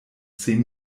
zehn